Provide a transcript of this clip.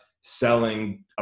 selling